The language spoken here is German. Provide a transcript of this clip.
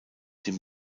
dem